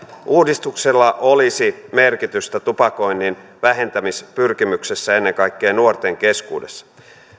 uudistuksella olisi merkitystä tupakoinnin vähentämispyrkimyksessä ennen kaikkea nuorten keskuudessa